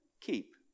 keep